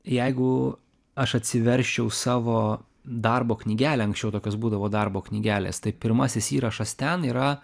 jeigu aš atsiversčiau savo darbo knygelę anksčiau tokios būdavo darbo knygelės tai pirmasis įrašas ten yra